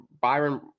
Byron